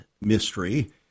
mystery